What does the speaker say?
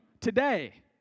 today